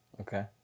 Okay